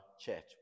chat